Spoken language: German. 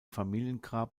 familiengrab